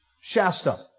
Shasta